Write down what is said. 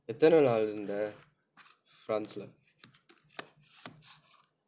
எத்தனை நாள் இருந்த:ethanai naal iruntha france இல்ல:illa